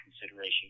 consideration